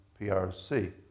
PRC